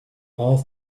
all